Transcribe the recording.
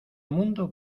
mundo